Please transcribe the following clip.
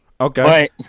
okay